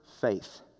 faith